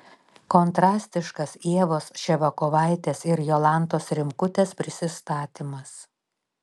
kontrastiškas ievos ševiakovaitės ir jolantos rimkutės prisistatymas